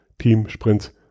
Teamsprints